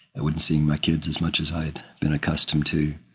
i wouldn't see my kids as much as i had been accustomed to.